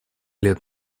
лет